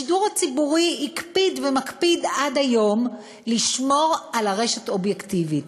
השידור הציבורי הקפיד ומקפיד עד היום לשמור על הרשת אובייקטיבית.